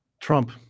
Trump